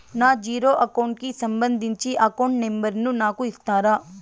నా zero account కి సంబంధించి అకౌంట్ నెంబర్ ను నాకు ఇస్తారా